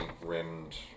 rimmed